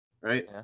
Right